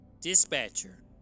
Dispatcher